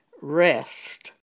rest